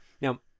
Now